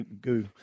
go